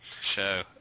Show